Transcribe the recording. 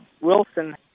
Wilson